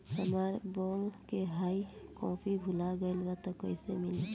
हमार बॉन्ड के hard copy भुला गएलबा त कैसे मिली?